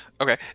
Okay